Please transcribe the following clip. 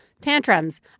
tantrums